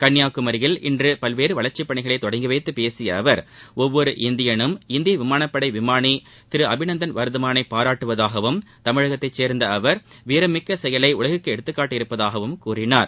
கன்னியாகுமரியில் இன்று பல்வேறு வளர்ச்சிப்பணிகளை தொடங்கிவைத்து பேசிய அவர் ஒவ்வொரு இந்தியனும் இந்திய விமானப்படை விமானி திரு அபிநந்தன் வர்தமானை பாராட்டுவதாகவும் தமிழகத்தை சேர்ந்த அவர் வீரம் மிக்க செயலை உலகிற்கு எடுத்துக்காட்டியுள்ளதாகவும் கூறினார்